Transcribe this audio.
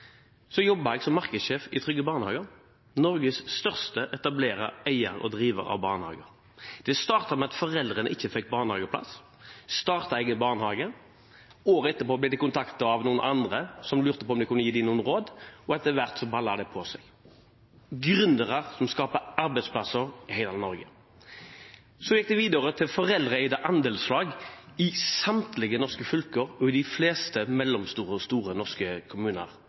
jeg som markedssjef i Trygge Barnehager, Norges største etablerer, eier og driver av barnehager. Det startet med at foreldre ikke fikk barnehageplass og så startet en egen barnehage. Året etter ble de kontaktet av noen andre som lurte på om de kunne gi dem noen råd, og etter hvert ballet det på seg. Dette er gründere, som skaper arbeidsplasser i Norge. Så gikk det videre til foreldre i andelslag i samtlige norske fylker og i de fleste mellomstore og store norske kommuner.